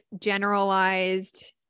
generalized